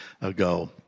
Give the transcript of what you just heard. ago